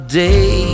day